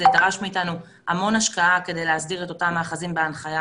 זה דרש מאיתנו המון השקעה כדי להסדיר את אותם מאחזים בהנחיה,